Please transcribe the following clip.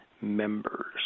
members